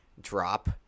drop